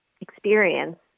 experience